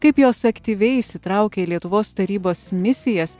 kaip jos aktyviai įsitraukė į lietuvos tarybos misijas